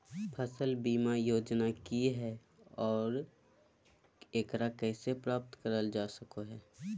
फसल बीमा योजना की हय आ एकरा कैसे प्राप्त करल जा सकों हय?